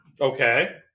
Okay